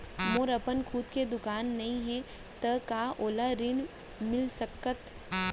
मोर अपन खुद के दुकान नई हे त का मोला ऋण मिलिस सकत?